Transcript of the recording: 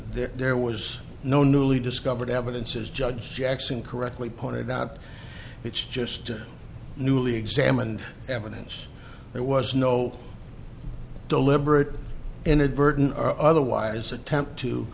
of there was no newly discovered evidence as judge jackson correctly pointed out it's just newly examined evidence there was no deliberate inadvertent or otherwise attempt to